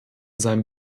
seinem